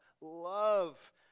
love